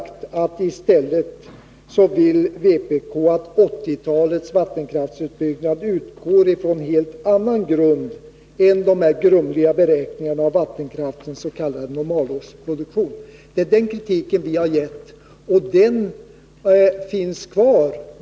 Vpk vill i stället att 1980-talets vattenkraftsutbyggnad skall utgå från en helt annan grund än de här grumliga beräkningarna av den s.k. normalårsproduktionen av vattenkraft. Det är denna kritik vi har framfört, och den står fast.